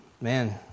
man